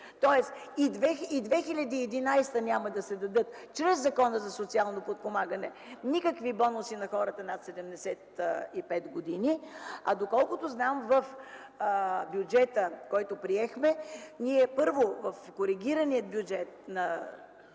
Тоест и през 2011 г. няма да се дадат чрез Закона за социално подпомагане никакви бонуси на хората над 75 години. Доколкото знам, в бюджета, който приехме, в коригирания бюджет на